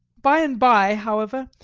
by-and-by, however,